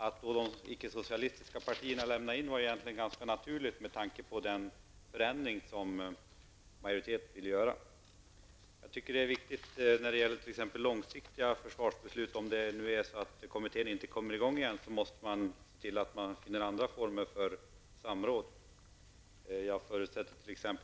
Att de icke-socialistiska partierna då avstod från att delta var egentligen ganska naturligt med tanke på den förändring som majoriteten ville genomföra. När det gäller de långsiktiga försvarsbesluten anser jag att det är viktigt att man ser till att man finner andra former för samråd, om nu kommittén inte kommer i gång igen.